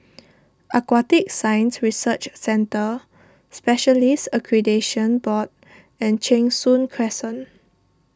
Aquatic Science Research Centre Specialists Accreditation Board and Cheng Soon Crescent